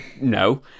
No